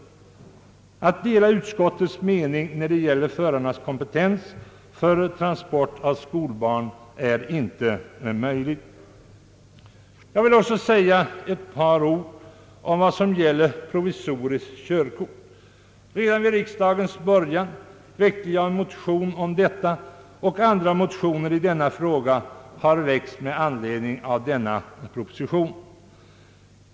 Det är inte möjligt att dela utskottets mening när det gäller kompetensen för förare i samband med transport av skolbarn. Jag vill också säga ett par ord i frågan om provisoriskt körkort. Jag väckte vid början av innevarande riksdag en motion om detta, och andra motioner i frågan har väckts i anledning av propositionen i detta ärende.